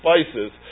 spices